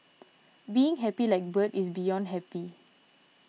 being happy like bird is beyond happy